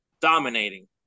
dominating